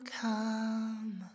come